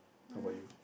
how about you